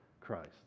Christ